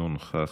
אינו נוכח.